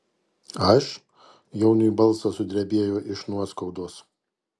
aš jauniui balsas sudrebėjo iš nuoskaudos